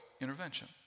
intervention